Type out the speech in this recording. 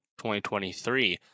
2023